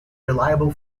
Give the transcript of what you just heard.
reliable